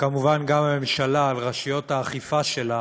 וכמובן גם הממשלה על רשויות האכיפה שלה,